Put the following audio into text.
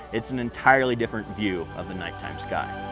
it's an entirely different view of the nighttime sky.